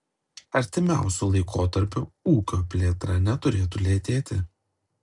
artimiausiu laikotarpiu ūkio plėtra neturėtų lėtėti